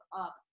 up